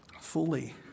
fully